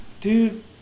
dude